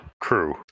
crew